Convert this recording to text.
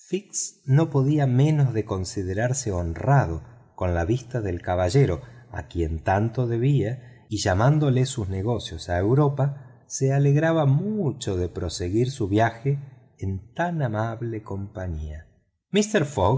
no podía menos de considerarse honrado con la vista del caballero a quien tanto debía y llamándolo sus negocios a europa se alegraba mucho de proseguir su viaje en tan amable compañía mister